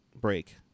break